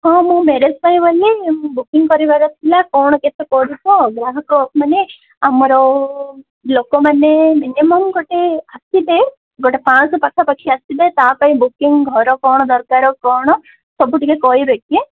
ହଁ ମୁଁ ମ୍ୟାରେଜ୍ ପାଇଁ ବୋଲି ବୁକିଂ କରିବାର ଥିଲା କ'ଣ କେତେ ପଡ଼ୁଛି ଗ୍ରାହକମାନେ ଆମର ଲୋକମାନେ ମିନିମମ୍ ଗୋଟେ ଆସିବେ ଗୋଟେ ପାଞ୍ଚଶହ ପାଖାପାଖି ଆସିବେ ତା ପାଇଁ ବୁକିଂ ଘର କ'ଣ ଦରକାର କ'ଣ ସବୁ ଟିକେ କଇବେକି